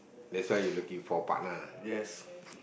that's why you looking for a partner